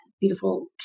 beautiful